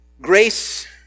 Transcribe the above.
Grace